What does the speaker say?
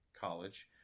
college